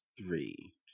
three